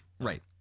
Right